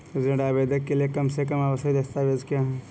ऋण आवेदन के लिए कम से कम आवश्यक दस्तावेज़ क्या हैं?